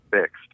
fixed